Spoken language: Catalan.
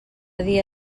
dia